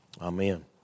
Amen